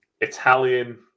Italian